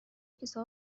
کیسه